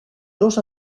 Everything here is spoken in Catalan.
dos